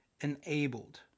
enabled